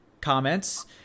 comments